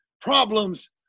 problems